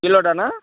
କିଲୋଟା ନା